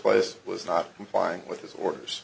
place was not complying with his orders